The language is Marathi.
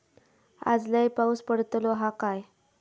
आज लय पाऊस पडतलो हा काय?